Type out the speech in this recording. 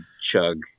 chug